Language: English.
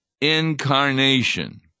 incarnation